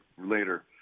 later